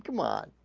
mon